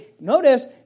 notice